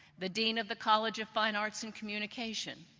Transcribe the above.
the dean of the college of fine arts and communications,